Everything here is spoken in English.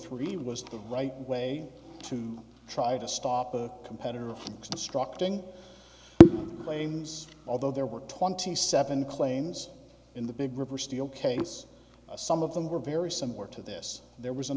three was the right way to try to stop a competitor of constructing claims although there were twenty seven claims in the big river steel case some of them were very similar to this there was an